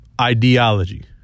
Ideology